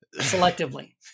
Selectively